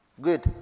Good